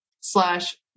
slash